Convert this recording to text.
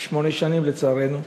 שמונה שנים, לצערנו.